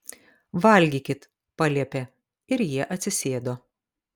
valgykit paliepė ir jie atsisėdo